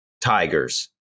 Tigers